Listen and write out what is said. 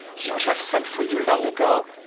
he would have sent for you long ago.